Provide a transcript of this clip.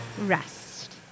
rest